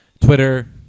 Twitter